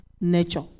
nature